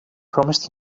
promised